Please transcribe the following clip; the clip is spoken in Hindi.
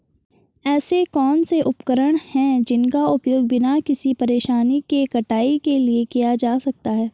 ऐसे कौनसे उपकरण हैं जिनका उपयोग बिना किसी परेशानी के कटाई के लिए किया जा सकता है?